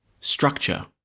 structure